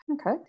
Okay